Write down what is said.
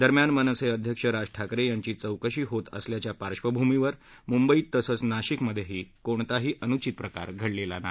दरम्यान मनसे अध्यक्ष राज ठाकरे यांची चौकशी होत असल्याच्या पार्शभूमीवर मुंबईत तसंच नाशिकमध्येही कोणताही अनुचित प्रकार घडला नाही